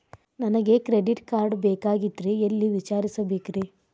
ನನಗೆ credit card ಬೇಕಾಗಿತ್ರಿ ಎಲ್ಲಿ ವಿಚಾರಿಸಬೇಕ್ರಿ?